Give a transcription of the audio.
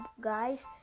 guys